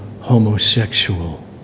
homosexual